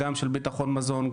גם של ביטחון מזון,